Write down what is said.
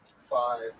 five